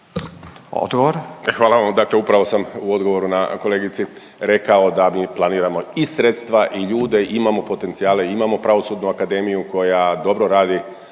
Juro** Hvala vam, dakle upravo u odgovoru na kolegici rekla da mi planiramo i sredstva i ljude i imamo potencijale, imamo Pravosudnu akademiju koja dobro radi